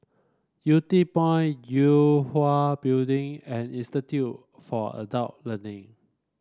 Yew Tee Point Yue Hwa Building and Institute for Adult Learning